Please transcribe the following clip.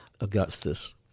Augustus